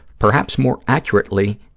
perhaps, more accurately,